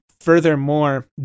furthermore